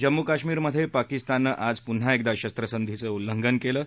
जम्मू कश्मीरमध्ये पाकिस्ताननं आज पुन्हा एकदा शस्त्रसंधीचं उल्लंघन केलं आहे